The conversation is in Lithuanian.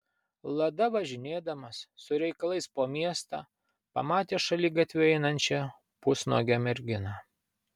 lada važinėdamas su reikalais po miestą pamatė šaligatviu einančią pusnuogę merginą